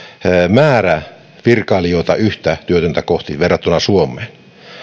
määrä virkailijoita yhtä työtöntä kohti verrattuna suomeen